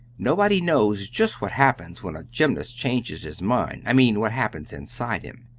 nobody knows just what happens when a gymnast changes his mind i mean what happens inside him.